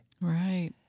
Right